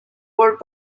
world